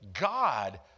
God